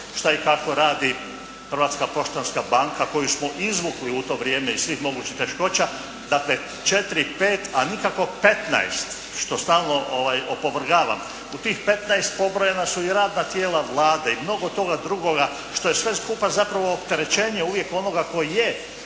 šta i kako radi Hrvatska poštanska banka koju smo izvukli u to vrijeme iz svih mogućih teškoća. Dakle, četiri, pet a nikako petnaest što stalno opovrgavam. U tih petnaest pobrojana su i radna tijela Vlade i mnogo toga drugoga što je sve skupa zapravo opterećenje uvijek onoga koji je